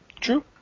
True